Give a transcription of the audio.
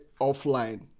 offline